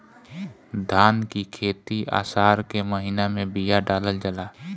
धान की खेती आसार के महीना में बिया डालल जाला?